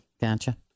Gotcha